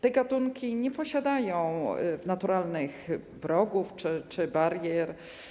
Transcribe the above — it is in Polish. Te gatunki nie posiadają naturalnych wrogów czy barier.